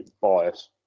bias